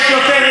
יש יותר,